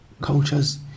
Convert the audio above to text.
cultures